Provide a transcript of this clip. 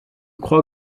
crois